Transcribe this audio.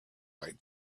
white